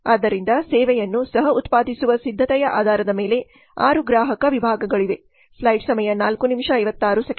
ಆದ್ದರಿಂದ ಸೇವೆಯನ್ನು ಸಹ ಉತ್ಪಾದಿಸುವ ಸಿದ್ಧತೆಯ ಆಧಾರದ ಮೇಲೆ 6 ಗ್ರಾಹಕ ವಿಭಾಗಗಳಿವೆ